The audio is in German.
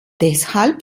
deshalb